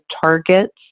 targets